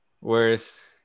worse